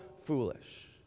foolish